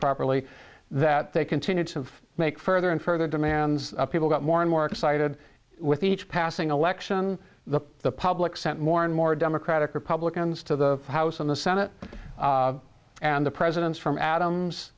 properly that they continued to make further and further demands people got more and more excited with each passing election the public sent more and more democratic republicans to the house and the senate and the presidents from adams